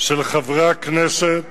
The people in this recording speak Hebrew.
של חברי הכנסת